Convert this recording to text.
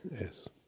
Yes